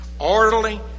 Orderly